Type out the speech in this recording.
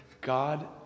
God